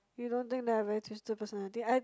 you don't think that I have a very twisted personality I